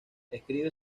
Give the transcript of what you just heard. escribe